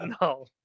no